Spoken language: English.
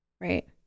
Right